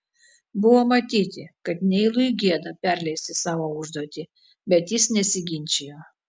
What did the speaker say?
buvo matyti kad neilui gėda perleisti savo užduotį bet jis nesiginčijo